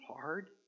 hard